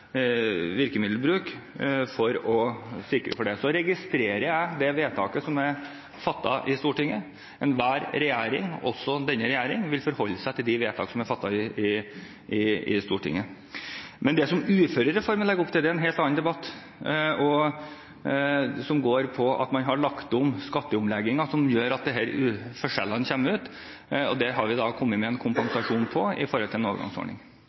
virkemiddelbruk for å sikre det. Så registrerer jeg det vedtaket som er fattet i Stortinget. Enhver regjering, også denne regjeringen, vil forholde seg til de vedtak som er fattet i Stortinget. Men det som uførereformen legger opp til, er en helt annen debatt. Det er skatteomleggingen som gjør at disse forskjellene kommer, og der har vi kommet med en kompensasjon i form av en overgangsordning. Hans Olav Syversen – til oppfølgingsspørsmål. Jeg tror det er mange som spør seg – når man har vedtatt en reform her i